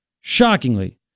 Shockingly